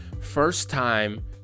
first-time